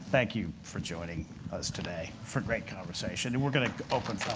thank you for joining us today for great conversation. and we're going to open